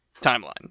timeline